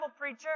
preacher